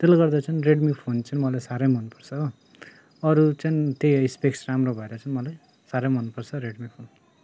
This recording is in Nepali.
त्यसले गर्दा चाहिँ रेडमी फोन चाहिँ मलाई साह्रै मनपर्छ हो अरू चाहिँ त्यही स्पेक्स राम्रो भएर चाहिँ मलाई साह्रै मनपर्छ रेडमी फोन